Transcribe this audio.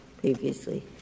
previously